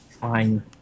fine